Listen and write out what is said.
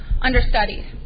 understudied